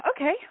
Okay